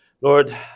Lord